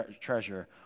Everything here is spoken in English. treasure